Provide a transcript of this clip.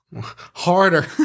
Harder